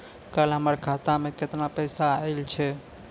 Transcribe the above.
कल हमर खाता मैं केतना पैसा आइल छै?